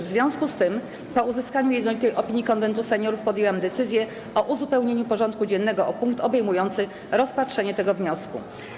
W związku z tym, po uzyskaniu jednolitej opinii Konwentu Seniorów, podjęłam decyzję o uzupełnieniu porządku dziennego o punkt obejmujący rozpatrzenie tego wniosku.